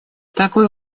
такой